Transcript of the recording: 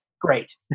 great